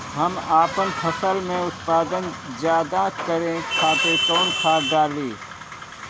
हम आपन फसल में उत्पादन ज्यदा करे खातिर कौन खाद डाली?